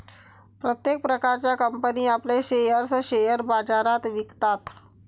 प्रत्येक प्रकारच्या कंपनी आपले शेअर्स शेअर बाजारात विकतात